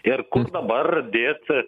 ir dabar dės